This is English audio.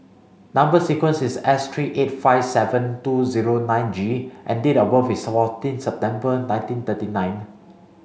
number sequence is S three eight five seven two zero nine G and date of birth is fourteen September nineteen thirty nine